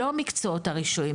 לא מקצועות הרישוי,